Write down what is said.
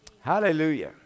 Hallelujah